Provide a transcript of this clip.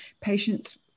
patients